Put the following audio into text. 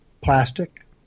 plastic